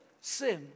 sin